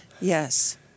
yes